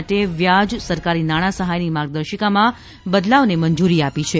માટે વ્યાજ સરકારી નાણા સહાયની માર્ગદર્શિકામાં બદલાવને મંજુરી આપી છે